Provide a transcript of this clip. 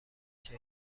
چهل